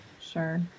Sure